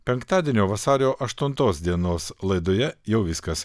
penktadienio vasario aštuntos dienos laidoje jau viskas